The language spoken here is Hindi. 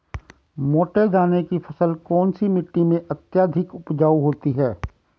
मोटे दाने की फसल कौन सी मिट्टी में अत्यधिक उपजाऊ होती है?